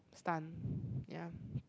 stun ya